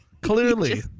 clearly